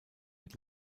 mit